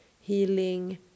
healing